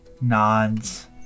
nods